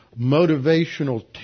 motivational